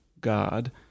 God